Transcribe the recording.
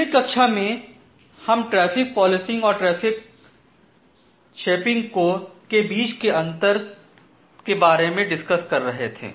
पिछली कक्षा में हम ट्रैफिक पॉलिसिंग और ट्रैफिक को शेपिंग के बीच अंतर के बारे में डिस्कस कर रहे थे